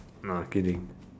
nah kidding